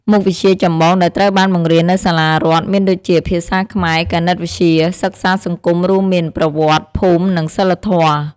មុខវិជ្ជាចម្បងដែលត្រូវបានបង្រៀននៅសាលារដ្ឋមានដូចជា ភាសាខ្មែរ គណិតវិទ្យា សិក្សាសង្គមរួមមាន ប្រវត្តិ ភូមិ និងសីលធម៌។